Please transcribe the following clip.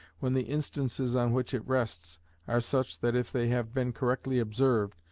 when the instances on which it rests are such that if they have been correctly observed,